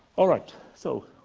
alright, so,